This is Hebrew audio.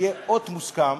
יהיה אות מוסכם